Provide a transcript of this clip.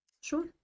sure